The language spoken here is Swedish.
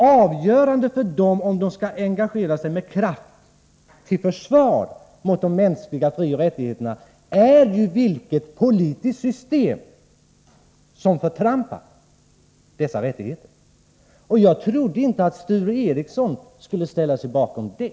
Avgörande för om de skall agera med kraft till försvar för de mänskliga frioch rättigheterna är vilket politiskt system som förtrampar dessa rättigheter. Jag trodde inte att Sture Ericson skulle ställa sig bakom det!